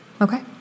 Okay